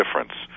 difference